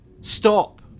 Stop